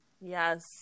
yes